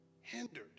hindered